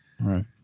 Right